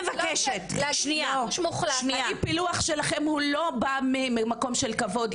האי פילוח שלכם הוא לא בא ממקום של כבוד,